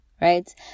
right